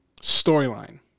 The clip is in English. storyline